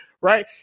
Right